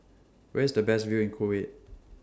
Where IS The Best View in Kuwait